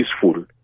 peaceful